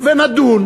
ונדון